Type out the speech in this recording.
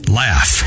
laugh